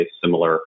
similar